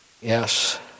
Yes